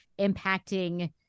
impacting